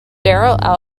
daryl